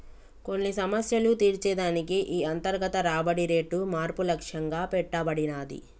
కొన్ని సమస్యలు తీర్చే దానికి ఈ అంతర్గత రాబడి రేటు మార్పు లక్ష్యంగా పెట్టబడినాది